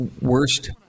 Worst